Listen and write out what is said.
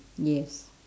yes